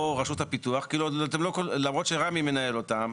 או רשות הפיתוח, למרות שרמ"י מנהל אותן,